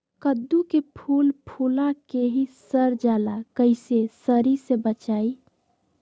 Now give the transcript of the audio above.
कददु के फूल फुला के ही सर जाला कइसे सरी से बचाई?